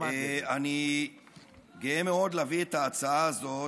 אני גאה מאוד להביא את ההצעה הזאת.